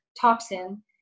toxin